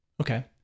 Okay